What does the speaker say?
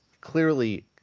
clearly